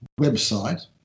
website